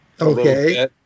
Okay